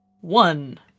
One